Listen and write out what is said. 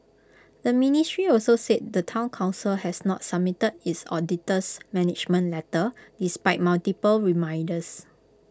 the ministry also said the Town Council has not submitted its auditor's management letter despite multiple reminders